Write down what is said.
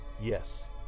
Yes